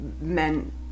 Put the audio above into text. men